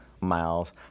miles